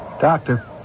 Doctor